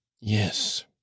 Yes